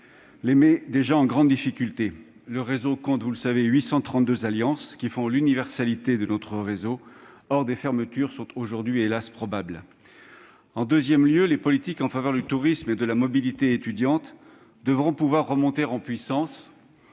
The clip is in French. les met déjà en grande difficulté. Le réseau compte 832 alliances qui font l'universalité de notre réseau. Hélas, des fermetures sont aujourd'hui probables. En deuxième lieu, les politiques en faveur du tourisme et de la mobilité étudiante devront pouvoir remonter en puissance